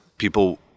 People